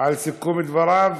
על סיכום דבריו.